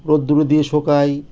রোদ্দুরে দিয়ে শোকাই